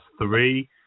three